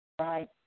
Right